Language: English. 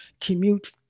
commute